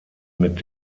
mit